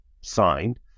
signed